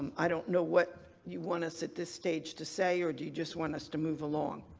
i don't know what you want us at this stage to say, or do you just want us to move along?